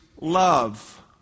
love